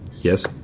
Yes